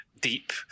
deep